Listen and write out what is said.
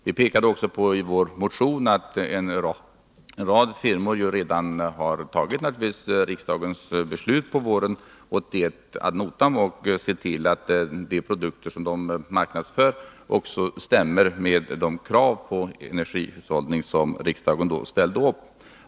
Vi pekade också på i vår motion, att en rad firmor redan har tagit riksdagens beslut på våren 1981 ad notam och sett till att de produkter som de marknadsför också stämmer med de krav på energihushållning som riksdagen då ställde upp.